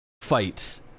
fights